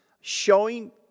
showing